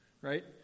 right